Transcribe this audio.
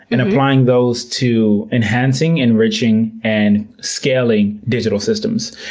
and applying those to enhancing, enriching, and scaling digital systems.